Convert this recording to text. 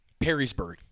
Perrysburg